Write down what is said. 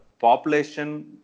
population